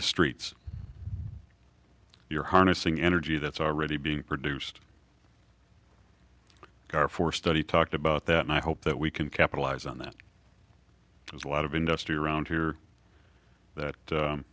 the streets you're harnessing energy that's already being produced a car for study talked about that and i hope that we can capitalize on that because a lot of industrial around here that